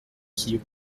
qui